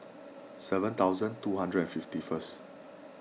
seven thousand two hundred and fifty first